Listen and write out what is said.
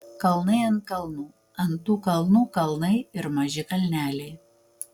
kalnai ant kalnų ant tų kalnų kalnai ir maži kalneliai